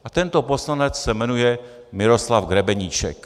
A tento poslanec se jmenuje Miroslav Grebeníček.